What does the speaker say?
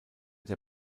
der